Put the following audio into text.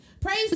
praise